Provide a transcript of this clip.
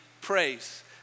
praise